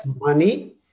money